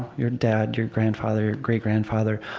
your dad, your grandfather, great-grandfather,